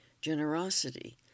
generosity